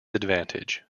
advantage